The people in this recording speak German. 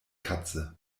katze